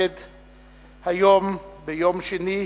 יום שני,